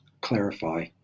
clarify